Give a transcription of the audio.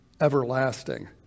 everlasting